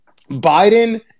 biden